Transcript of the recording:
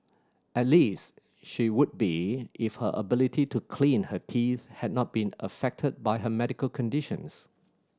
at least she would be if her ability to clean her teeth had not been affected by her medical conditions